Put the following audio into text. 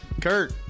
Kurt